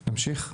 נמשיך.